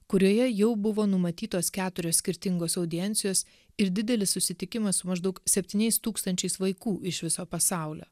kurioje jau buvo numatytos keturios skirtingos audiencijos ir didelis susitikimas su maždaug septyniais tūkstančiais vaikų iš viso pasaulio